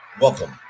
welcome